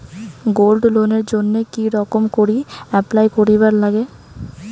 Gold লোনের জইন্যে কি রকম করি অ্যাপ্লাই করিবার লাগে?